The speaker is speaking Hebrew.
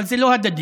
אבל זה לא הדדי.